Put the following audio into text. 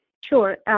Sure